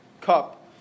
cup